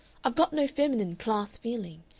i've got no feminine class feeling.